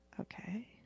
Okay